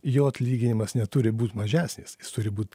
jo atlyginimas neturi būt mažesnis jis turi būt